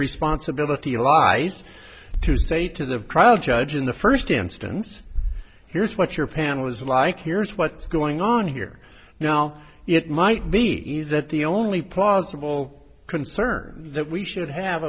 responsibility lies to say to the trial judge in the first instance here's what your panel is like here's what's going on here now it might be easy at the only plausible concern that we should have